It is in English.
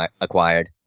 acquired